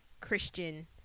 Christian